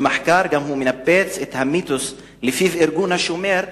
במחקר הוא גם מנפץ את המיתוס שלפיו ארגון "השומר",